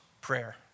prayer